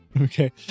Okay